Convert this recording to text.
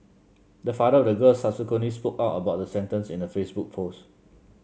the father of the girl subsequently spoke out about the sentence in a Facebook post